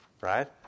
Right